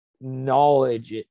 knowledge